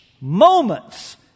moments